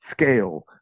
scale